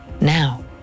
Now